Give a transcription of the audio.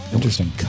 Interesting